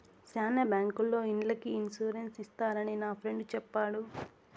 శ్యానా బ్యాంకుల్లో ఇండ్లకి ఇన్సూరెన్స్ చేస్తారని నా ఫ్రెండు చెప్పాడు